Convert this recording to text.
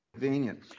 convenient